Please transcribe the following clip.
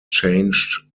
changed